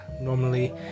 Normally